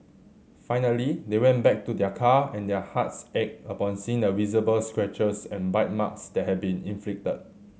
finally they went back to their car and their hearts ached upon seeing the visible scratches and bite marks that had been inflicted